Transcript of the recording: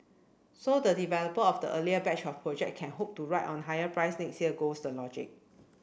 so the developer of the earlier batch of project can hope to ride on higher price next year goes the logic